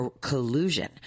collusion